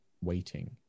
waiting